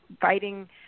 fighting